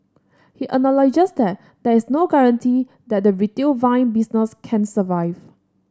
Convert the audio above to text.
he acknowledges that there is no guarantee that the retail vinyl business can survive